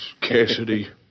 Cassidy